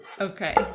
Okay